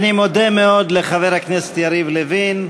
אני מודה מאוד לחבר הכנסת יריב לוין,